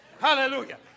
Hallelujah